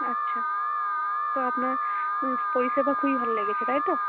আচ্ছা তো আপনার পরিষেবা খুবই ভালো লেগেছে তাই তো